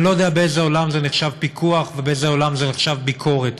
אני לא יודע באיזה עולם זה נחשב פיקוח ובאיזה עולם זה נחשב ביקורת.